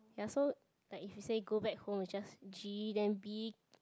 ya so like if he say go back home it's just G then B